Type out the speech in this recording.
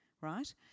right